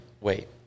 Wait